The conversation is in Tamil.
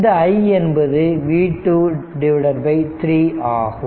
இந்த i என்பது v 2 3 ஆகும்